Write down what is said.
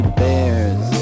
bears